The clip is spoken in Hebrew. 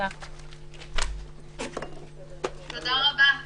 הישיבה נעולה.